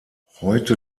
heute